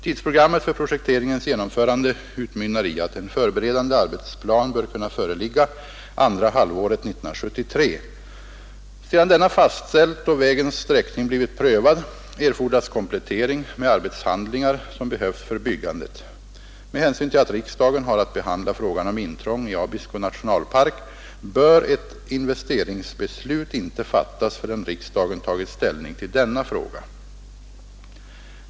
Tidsprogrammet för projekteringens genomförande utmynnar i att en förberedande arbetsplan bör kunna föreligga andra halvåret 1973. Sedan denna fastställts och vägens sträckning blivit prövad, erfordras komplettering med arbetshandlingar som behövs för byggandet. Med hänsyn till att riksdagen har att behandla frågan om intrång i Abisko nationalpark, bör ett investeringsbeslut inte fattas förrän riksdagen tagit ställning till denna fråga.